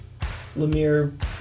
Lemire